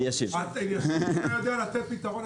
אתה יכול לתת פתרון?